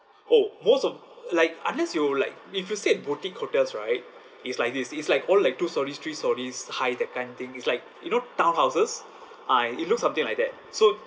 oh most of like unless you like if you stayed boutique hotels right it's like this is like all like two storeys three storeys high that kind of thing is like you know townhouses ah it looks something like that so